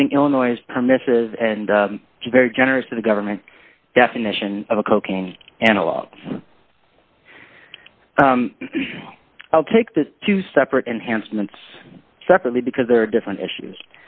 using illinois permissive and very generous to the government definition of a cocaine and a lot i'll take that two separate enhancements separately because there are different issues